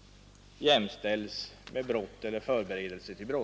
— jämställs med brott eller förberedelse till brott.